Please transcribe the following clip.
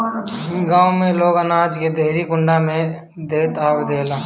गांव में लोग अनाज के देहरी कुंडा में ध देवेला